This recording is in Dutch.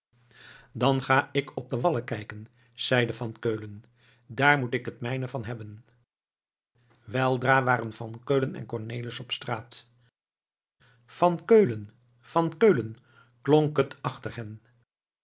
dan ga ik op de wallen kijken zeide van keulen daar moet ik het mijne van hebben weldra waren van keulen en cornelis op straat van keulen van keulen klonk het achter hen